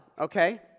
okay